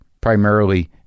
primarily